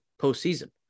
postseason